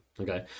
okay